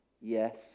Yes